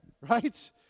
right